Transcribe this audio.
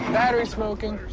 battery's smoking.